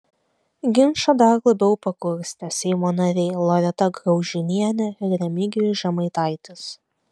ginčą dar labiau pakurstė seimo nariai loreta graužinienė ir remigijus žemaitaitis